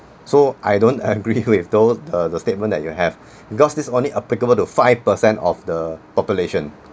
so I don't agree with those the uh the statement that you have cause this only applicable to five percent of the population